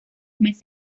meses